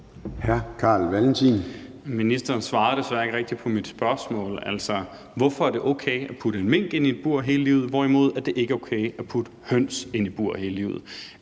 Ministeren svarer desværre ikke rigtig på mit spørgsmål. Altså, hvorfor er det okay at putte en mink ind i et bur hele dens liv, hvorimod det ikke er okay at putte høns ind i bure hele deres